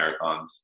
marathons